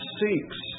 seeks